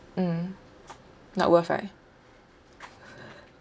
mm not worth right